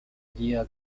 guía